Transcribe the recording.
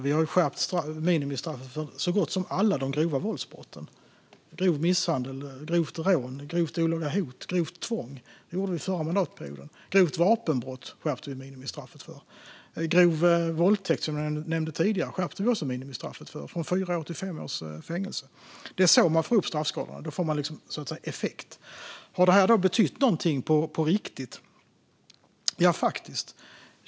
Vi har skärpt minimistraffet för så gott som alla de grova våldsbrotten: grov misshandel, grovt rån, grovt olaga hot och grovt tvång. Det gjorde vi den förra mandatperioden. Grovt vapenbrott skärpte vi nyligen straffet för. Grov våldtäkt skärpte vi också minimistraffet för från fyra till fem års fängelse, som jag nämnde tidigare. Det är så man får upp straffskalorna. Då får man effekt. Har det här betytt någonting på riktigt? Ja, det har det faktiskt.